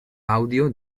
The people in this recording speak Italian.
audio